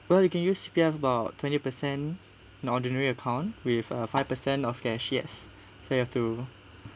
well you can use C_P_F about twenty percent in ordinary account with uh five percent of cash yes so you have to